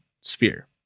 sphere